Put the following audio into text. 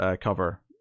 cover